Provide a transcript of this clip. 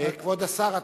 כבוד השר,